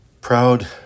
Proud